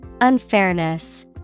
Unfairness